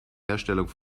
herstellung